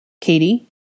Katie